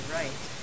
right